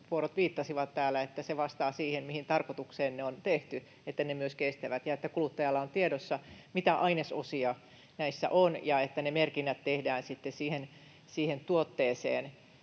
viittasivat täällä — mihin tarkoitukseen ne on tehty, että ne myös kestävät ja että kuluttajalla on tiedossa, mitä ainesosia näissä on, ja että ne merkinnät tehdään siihen tuotteeseen